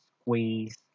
squeeze